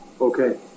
Okay